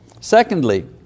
Secondly